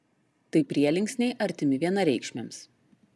tai prielinksniai artimi vienareikšmiams